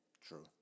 True